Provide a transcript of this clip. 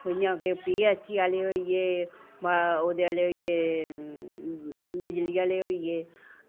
जि'यां कि P H E आह्ले होई गे ओह्दे आह्ले होई गे बिजली आह्ले होई गे